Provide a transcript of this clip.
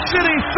City